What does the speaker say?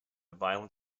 violent